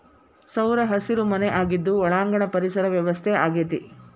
ಸೌರಹಸಿರು ಮನೆ ಆಗಿದ್ದು ಒಳಾಂಗಣ ಪರಿಸರ ವ್ಯವಸ್ಥೆ ಆಗೆತಿ